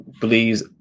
believes